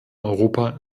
europa